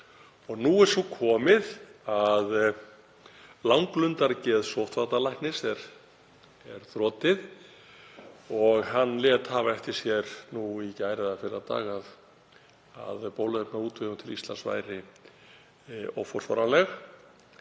Nú er svo komið að langlundargeð sóttvarnalæknis er þrotið og hann lét hafa eftir sér í gær eða fyrradag að bóluefnaútvegun til Íslands væri óforsvaranleg.